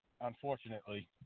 unfortunately